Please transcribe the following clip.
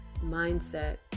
mindset